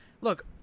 look